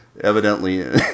evidently